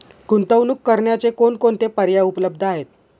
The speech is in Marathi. गुंतवणूक करण्याचे कोणकोणते पर्याय उपलब्ध आहेत?